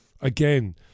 Again